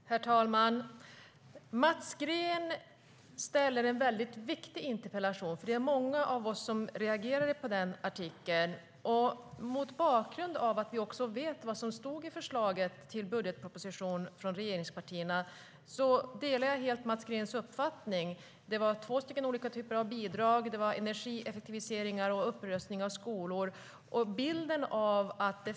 Herr talman! Mats Green har ställt en viktig interpellation. Det var många av oss som reagerade på artikeln, och mot bakgrund av att vi vet vad som stod i förslaget i budgetpropositionen från regeringspartierna delar jag helt Mats Greens uppfattning. Det var två olika typer av bidrag, och det var energieffektiviseringar och upprustning av skolor.